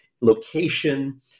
location